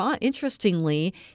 interestingly